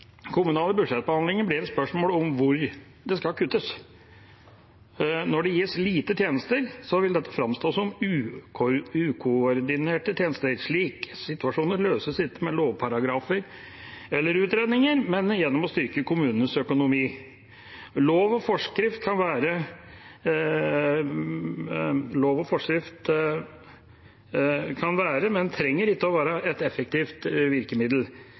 Kommunale budsjettbehandlinger blir et spørsmål om hvor det skal kuttes. Når det gis lite tjenester, vil dette framstå som ukoordinerte tjenester. Slike situasjoner løses ikke med lovparagrafer eller utredninger, men gjennom å styrke kommunenes økonomi. Lov og forskrift kan være, men trenger ikke å være, et effektivt virkemiddel.